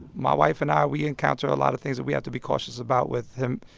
my wife and i, we encounter a lot of things that we have to be cautious about with him.